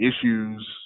issues